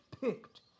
picked